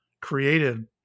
created